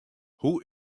hoe